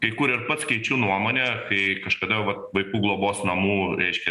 kai kur ir pats keičiu nuomonę kai kažkada vat vaikų globos namų reiškia